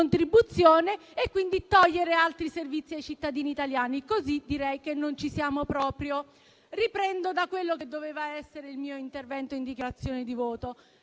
contribuzione, quindi togliere altri servizi ai cittadini italiani. Così direi che non ci siamo proprio. Riprendo da quello che doveva essere il mio intervento in dichiarazione di voto.